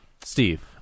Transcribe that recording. Steve